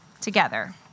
together